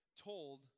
told